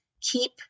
keep